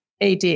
AD